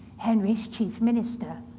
henry's chief minister.